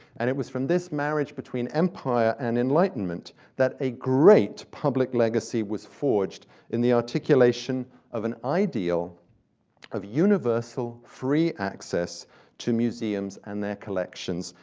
and it was from this marriage between empire and enlightenment that a great public legacy was forged in the articulation of an ideal of universal free access to museums and their collections,